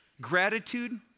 Gratitude